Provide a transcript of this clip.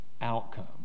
outcome